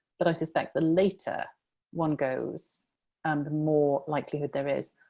but i suspect the later one goes, um the more likelihood there is.